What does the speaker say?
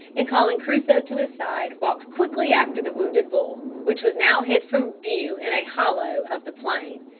and calling crusoe to his side, walked quickly after the wounded bull, which was now hid from view in a hollow of the plain.